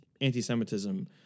anti-Semitism